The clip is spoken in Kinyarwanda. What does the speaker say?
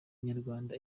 inyarwanda